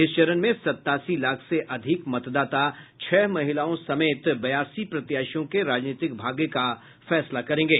इस चरण में सत्तासी लाख से अधिक मतदाता छह महिलाओं समेत बयासी प्रत्याशियों के राजनीतिक भाग्य का फैसला करेंगे